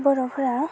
बर'फोरा